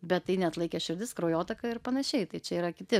bet tai neatlaikė širdis kraujotaka ir panašiai tai čia yra kiti